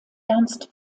ernst